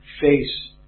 face